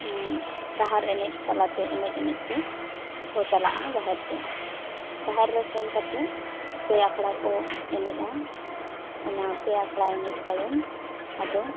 ᱰᱟᱦᱟᱨ ᱮᱱᱮᱡ ᱛᱟᱞᱟ ᱛᱮ ᱮᱱᱮᱡ ᱮᱱᱮᱡ ᱛᱮ ᱠᱚ ᱪᱟᱞᱟᱜᱼᱟ ᱡᱟᱦᱮᱨ ᱛᱮ ᱡᱟᱦᱮᱨ ᱨᱮ ᱥᱮᱱ ᱠᱟᱛᱮ ᱯᱮ ᱟᱠᱷᱲᱟ ᱠᱚ ᱮᱱᱮᱡᱼᱟ ᱚᱱᱟ ᱯᱮ ᱟᱠᱷᱲᱟ ᱮᱱᱮᱡ ᱛᱟᱭᱚᱢ ᱟᱫᱚ